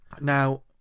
Now